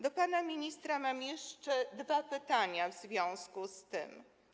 Do pana ministra mam jeszcze dwa pytania w związku z tym.